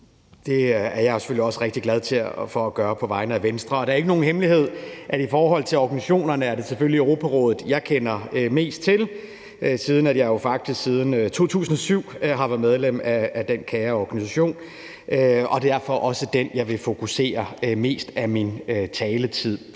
Det er jeg selvfølgelig også rigtig glad for at gøre på vegne af Venstre. Det er ikke nogen hemmelighed, at i forhold til organisationerne er det selvfølgelig Europarådet, jeg kender mest til, siden jeg jo faktisk siden 2007 har været medlem af den kære organisation, og det er derfor også den, jeg vil fokusere på det meste af min taletid.